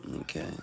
okay